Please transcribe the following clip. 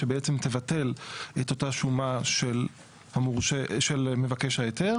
שבעצם תבטל את אותה שומה של מבקש ההיתר,